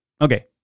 Okay